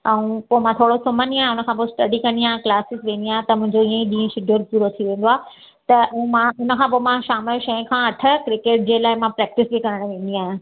अऊं पो थोड़ो मां सुमंदी अहियां हुनखां पो स्टडी कंदी अहियां क्लासीस वेंदी अहियां त मुंहिंजो हियई ॾींहु शिडयुल्ड पूरो थी वेंदो आ त हू मां हुनखां पो शाम जो छह खां अठ क्रिकेट जे लाए मां प्रेक्टिस बि करणु विंदी अहियां